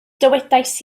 dywedais